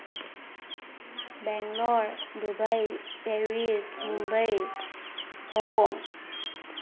Bangalore Dubai Paris Mumbai Hong Kong